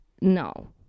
No